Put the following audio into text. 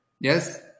Yes